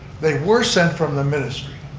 they were sent from the ministry.